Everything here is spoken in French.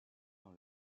dans